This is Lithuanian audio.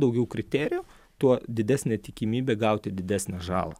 daugiau kriterijų tuo didesnė tikimybė gauti didesnę žalą